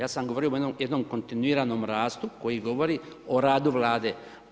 Ja sam govorio o jednom kontinuiranom rastu, koji govori o radu vlade.